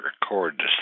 record